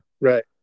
right